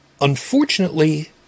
unfortunately